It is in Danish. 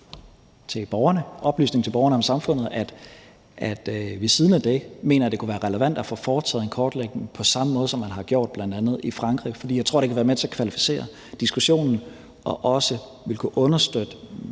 til borgerne – som oplysning til borgerne om samfundet – at jeg ved siden af det mener, at det kunne være relevant at få foretaget en kortlægning på samme måde, som man har gjort det bl.a. i Frankrig, fordi jeg tror, at det kan være med til at kvalificere diskussionen, og at det også vil kunne understøtte